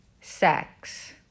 sex